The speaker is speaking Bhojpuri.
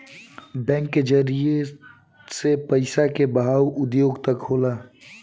बैंक के जरिए से पइसा के बहाव उद्योग तक होला